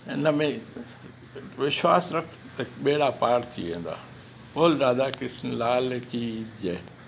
ऐं इन में विश्वासु रखु त ॿेड़ा पार थी वेंदा बोल राधा कृष्ण लाल की जय